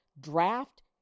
draft